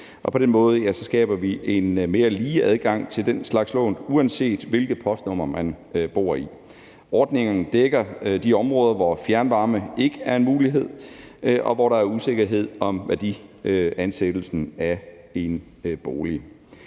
på den måde skaber vi en mere lige adgang til den slags lån, uanset hvilket postnummer man bor i. Ordningen dækker de områder, hvor fjernvarme ikke er en mulighed, og hvor der er usikkerhed om værdiansættelsen af en bolig.